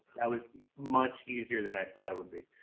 that was much easier than i thought it would be.